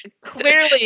clearly